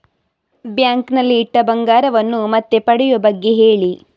bank ನಲ್ಲಿ ಇಟ್ಟ ಬಂಗಾರವನ್ನು ಮತ್ತೆ ಪಡೆಯುವ ಬಗ್ಗೆ ಹೇಳಿ